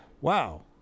Wow